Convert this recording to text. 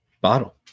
bottle